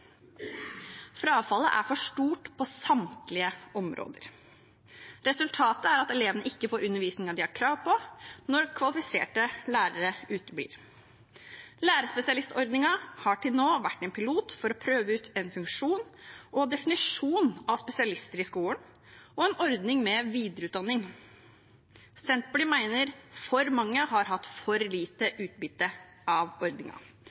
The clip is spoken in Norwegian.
Frafallet er for stort på samtlige områder. Resultatet er at elevene ikke får undervisningen de har krav på når kvalifiserte lærere uteblir. Lærerspesialistordningen har til nå vært en pilot for å prøve ut en funksjon – og en definisjon – av spesialister i skolen og en ordning med videreutdanning. Senterpartiet mener for mange har hatt for lite utbytte av